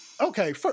Okay